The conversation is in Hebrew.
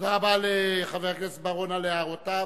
תודה רבה לחבר הכנסת בר-און על הערותיו.